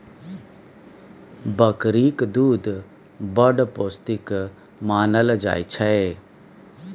बकरीक दुध बड़ पौष्टिक मानल जाइ छै